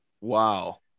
Wow